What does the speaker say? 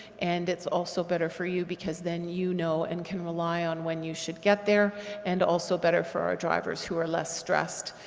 and it's also better for you because then you know and can rely on when you should get there and also better for our drivers who are less stressed,